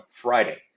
Friday